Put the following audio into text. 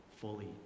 fully